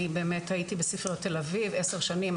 אני באמת הייתי בספריות תל אביב עשר שנים,